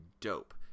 dope